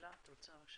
תהלה, את רוצה?